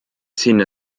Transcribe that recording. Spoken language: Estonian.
sinna